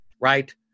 Right